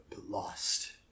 lost